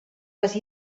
les